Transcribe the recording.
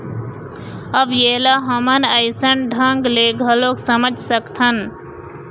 अब ऐला हमन अइसन ढंग ले घलोक समझ सकथन